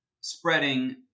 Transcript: spreading